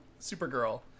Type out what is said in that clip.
Supergirl